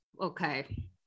okay